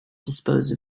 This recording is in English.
dispose